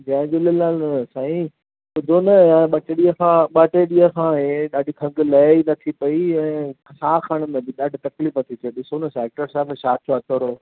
जय झूलेलाल अथव साईं ॿुधो न यारु ॿ टे ॾींहं खां ॿ टे ॾींहं खां इहे ॾाढी थधि लहे नथी पई ऐं साहु खरण में बि ॾाढी तकलीफ़ थी थिए ॾिसो न साहिबु डॉक्टर साहिबु छा थियो आहे थोरो